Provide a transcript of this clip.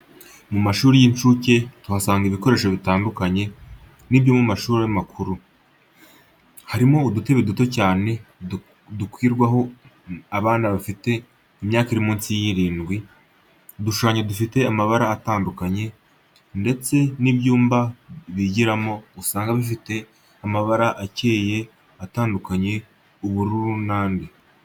Mu ma shuri y'inshuke tuhasanga ibikoresho bitandukanye nibyo mu ma shuri makuru, harimo udutebe duto cyane dukwirwamo abana bafite imyaka iri munsi y'irindwi, udushushanyo dufite amabara atandukanye, ndetse n'ibyumba bigiramo usanga bifite amabara acyeye atandukanye, ubururu n'andi.